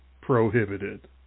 Prohibited